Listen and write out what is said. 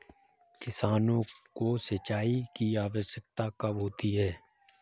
किसानों को सिंचाई की आवश्यकता कब होती है?